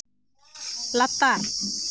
ᱞᱟᱛᱟᱨ